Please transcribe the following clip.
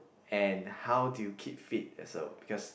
and how do you keep fit also because